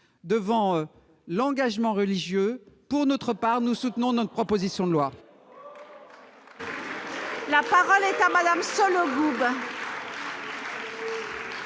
devant l'engagement religieux, pour notre part, nous soutenons notre proposition de loi. La parole est à madame sur